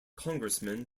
congressman